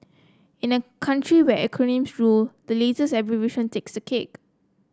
in a country where acronyms rule the latest abbreviation takes the cake